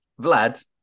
Vlad